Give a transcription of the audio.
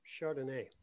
Chardonnay